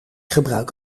gebruik